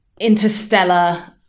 interstellar